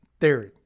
theory